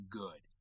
good